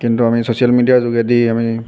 কিন্তু আমি ছ'চিয়েল মেডিয়াৰ যোগেদি আমি